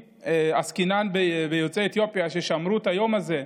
עסקינן בבני אתיופיה ששמרו את היום הזה,